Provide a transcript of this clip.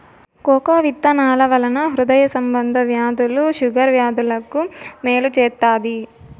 cocoa విత్తనాల వలన హృదయ సంబంధ వ్యాధులు షుగర్ వ్యాధులకు మేలు చేత్తాది